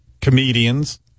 comedians